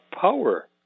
power